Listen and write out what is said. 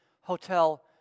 Hotel